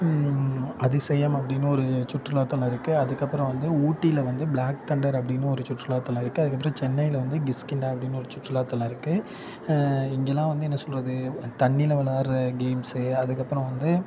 அதிசயம் அப்படின்னு ஒரு சுற்றுலாத்தலம் இருக்குது அதுக்கப்புறம் வந்து ஊட்டியில் வந்து ப்ளாக் தண்டர் அப்படின்னு ஒரு சுற்றுலாத்தலம் இருக்குது அதுக்கப்புறம் சென்னையில் வந்து கிஷ்கிந்தா அப்படின்னு ஒரு சுற்றுலாத்தலம் இருக்குது இங்கேலாம் வந்து என்ன சொல்கிறது தண்ணியில் விளையாட்ற கேம்ஸு அதுக்கப்புறம் வந்து